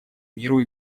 миру